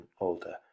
older